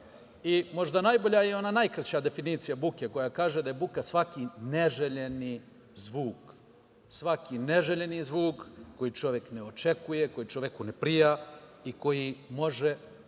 najbolja ili ona najkraća definicija koja kaže da je buka svaki neželjeni zvuk, svaki neželjeni zvuk koji čovek očekuje, koji čoveku ne prija i koji može